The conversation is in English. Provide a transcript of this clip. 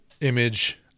image